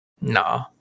no